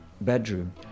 bedroom